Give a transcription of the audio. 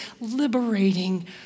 liberating